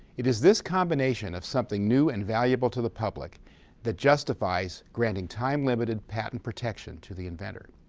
it is this combination of something new and valuable to the public that justifies granting time-limited patent protection to the inventor.